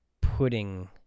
putting